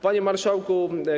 Panie Marszałku!